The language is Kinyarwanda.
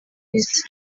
isi